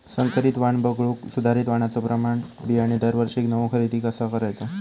संकरित वाण वगळुक सुधारित वाणाचो प्रमाण बियाणे दरवर्षीक नवो खरेदी कसा करायचो?